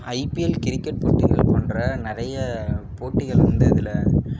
IPL cricket போட்டிகள் போன்ற நிறைய போட்டிகள் வந்து இதில்